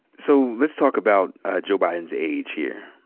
so let's talk about joe biden's age here.